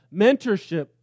mentorship